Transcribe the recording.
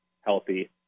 healthy